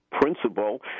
principle